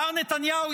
מר נתניהו,